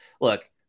look